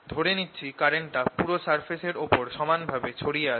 ধরে নিচ্ছি কারেন্টটা পুরো সারফেসের ওপর সমানভাবে ছড়িয়ে আছে